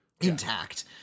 intact